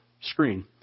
screen